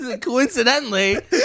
coincidentally